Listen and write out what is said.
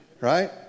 Right